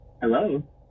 Hello